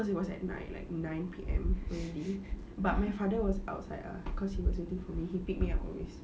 cause it was at night like nine P_M and it but my father was outside ah cause he was waiting for me he pick me up always